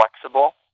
flexible